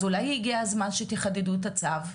אז אולי הגיע הזמן שתחדדו את הצו,